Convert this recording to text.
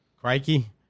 crikey